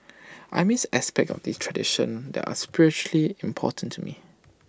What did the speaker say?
I missed aspects of these traditions that are spiritually important to me